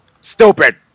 Stupid